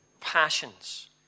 passions